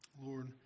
lord